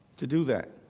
to do their